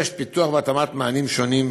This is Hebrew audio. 6. פיתוח והתאמה של מענים שונים,